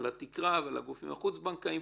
על התקרה ועל הגופים החוץ-בנקאיים.